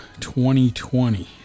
2020